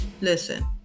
listen